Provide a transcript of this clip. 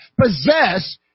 possess